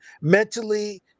Mentally